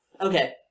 okay